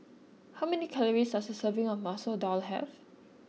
how many calories does a serving of Masoor Dal have